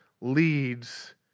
leads